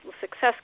success